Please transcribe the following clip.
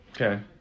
Okay